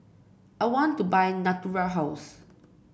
I want to buy Natura House